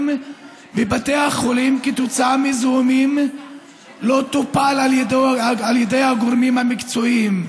בבתי החולים כתוצאה מזיהומים לא טופל על ידי הגורמים המקצועיים.